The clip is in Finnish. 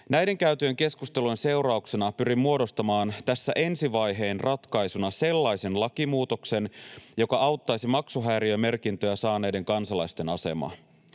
näiden käytyjen keskustelujen seurauksena pyrin muodostamaan tässä ensi vaiheen ratkaisuna sellaisen lakimuutoksen, joka auttaisi maksuhäiriömerkintöjä saaneiden kansalaisten asemaa.